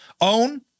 own